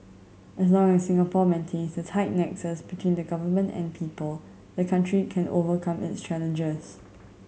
as long as Singapore maintains the tight nexus between the Government and people the country can overcome its challenges